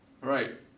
Right